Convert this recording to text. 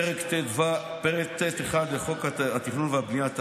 פרק ט1 לחוק התכנון והבנייה,